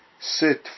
Sit